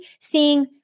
seeing